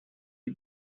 sie